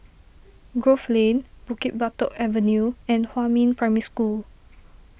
Grove Lane Bukit Batok Avenue and Huamin Primary School